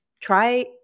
Try